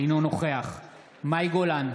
אינו נוכח מאי גולן,